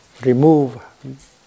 Remove